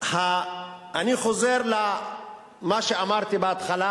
אני חוזר למה שאמרתי בהתחלה,